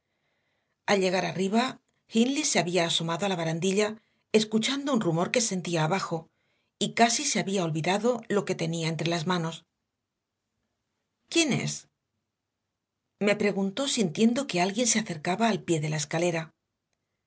al llegar arriba hindley se había asomado a la barandilla escuchando un rumor que sentía abajo y casi se había olvidado lo que tenía entre las manos quién es me preguntó sintiendo que alguien se acercaba al pie de la escalera